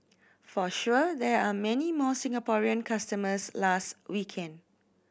for sure there are many more Singaporean customers last weekend